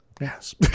Yes